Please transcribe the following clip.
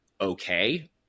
okay